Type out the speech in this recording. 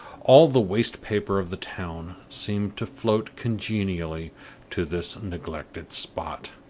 all the waste paper of the town seemed to float congenially to this neglected spot